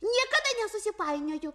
niekada nesusipainioju